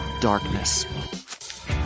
darkness